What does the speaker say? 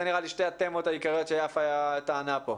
אלו שתי התמות העיקריות שיפה טענה פה.